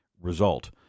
result